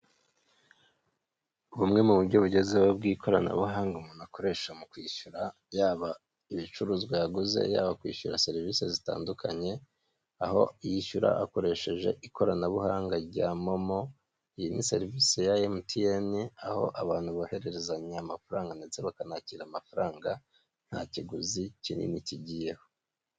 Bumwe mu buryo bugezweho bw'ikoranabuhanga umuntu akoresha mu kwishyura, yaba ibicuruzwa yaguze, yaba kwishyura serivise zitandukanye, aho yishyura akoresheje ikoranabuhanga rya momo, iyi ni serivise ya mtn aho abantu bohererezanya amafaranga ndetse bakanakira amafaranga nta kiguzi kinini kigiyeho.